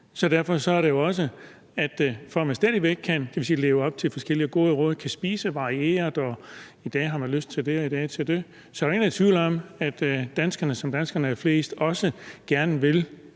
Så derfor er det jo også, for at man – kan vi sige – stadig væk kan leve op til forskellige gode råd og kan spise varieret, altså at man i dag har lyst til det og i dag til det, så der er jo ingen, der er i tvivl om, at danskerne, som danskerne er flest, også gerne vil